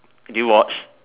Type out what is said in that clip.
do you watch